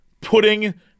Putting